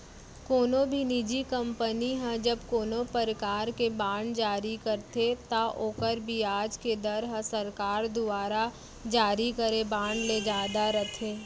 कोनो भी निजी कंपनी ह जब कोनों परकार के बांड जारी करथे त ओकर बियाज के दर ह सरकार दुवारा जारी करे बांड ले जादा रथे